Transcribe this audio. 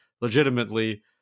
legitimately